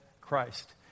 Christ